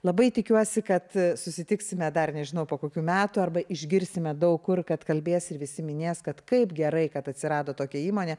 labai tikiuosi kad susitiksime dar nežinau po kokių metų arba išgirsime daug kur kad kalbės ir visi minės kad kaip gerai kad atsirado tokia įmonė